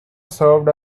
served